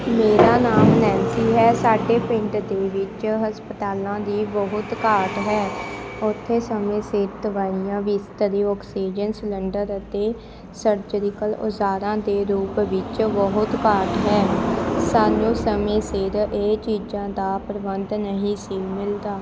ਮੇਰਾ ਨਾਮ ਨੈਨਸੀ ਹੈ ਸਾਡੇ ਪਿੰਡ ਦੇ ਵਿੱਚ ਹਸਪਤਾਲਾਂ ਦੀ ਬਹੁਤ ਘਾਟ ਹੈ ਉੱਥੇ ਸਮੇਂ ਸਿਰ ਦਿਵਾਈਆਂ ਬਿਸਤਰ ਓਕਸਿਜਨ ਸਿਲੰਡਰ ਅਤੇ ਸਰਜਰੀਕਲ ਔਜ਼ਾਰਾ ਦੇ ਰੂਪ ਵਿੱਚ ਬਹੁਤ ਘਾਟ ਹੈ ਸਾਨੂੰ ਸਮੇਂ ਸਿਰ ਇਹ ਚੀਜਾਂ ਦਾ ਪ੍ਰਬੰਧ ਨਹੀਂ ਸੀ ਮਿਲਦਾ